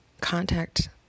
contact